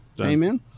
Amen